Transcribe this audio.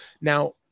Now